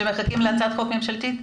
שמחכים להצעת חוק ממשלתית?